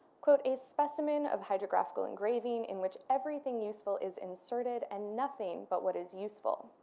a specimen of hydra graphical engraving in which everything useful is inserted and nothing but what is useful.